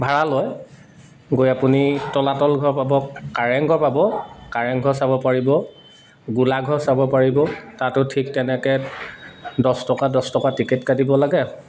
ভাড়া লয় গৈ আপুনি তলাতল ঘৰ পাব কাৰেংঘৰ পাব কাৰেংঘৰ চাব পাৰিব গোলাঘৰ চাব পাৰিব তাতো ঠিক তেনেকৈ দছ টকা দছ টকা টিকেট কাটিব লাগে